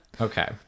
okay